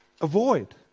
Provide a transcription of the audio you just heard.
avoid